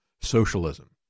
socialism